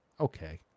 Okay